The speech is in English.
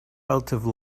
relative